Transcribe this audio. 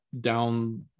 down